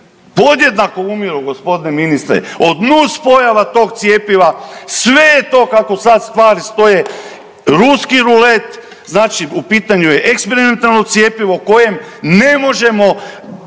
Podjednako umiru, g. ministre, od nuspojava tog cjepiva, sve to kako stvari stoje, ruski rulet, znači u pitanju je eksperimentalno cjepivo kojem ne možemo